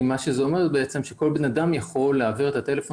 כי מה שזה אומר זה שכל בן אדם יכול להעביר את הטלפון